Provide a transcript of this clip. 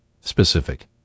specific